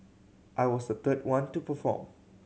I was the third one to perform